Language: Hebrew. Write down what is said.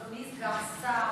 אדוני סגן השר,